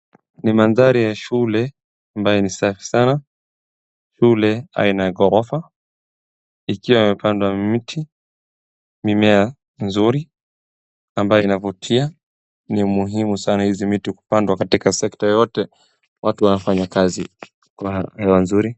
Ni mandhari ya shule ambayo ni safi sana shule ya aina ya ghorofa ikiwa imepandwa miti, mimea nzuri ambayo inavutia ni muhimu sana miti hizi kupandwa katika sekta yoyote watu wanafanya kazi, kuna hewa nzuri,